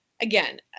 Again